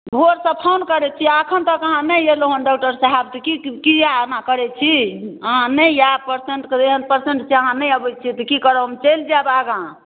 भोरसँ फोन करै छी आ एखन तक अहाँ नहि अयलहुँ हेँ डॉक्टर साहेब तऽ कि किया एना करै छी अहाँ नहि आयब पेशेंट एहन पेशेंटके अहाँ नहि अबै छियै तऽ हम की करब हम चलि जायब आगाँ